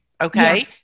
Okay